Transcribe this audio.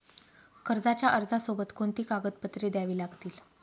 कर्जाच्या अर्जासोबत कोणती कागदपत्रे द्यावी लागतील?